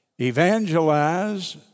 Evangelize